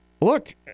look